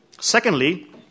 Secondly